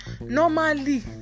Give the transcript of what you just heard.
normally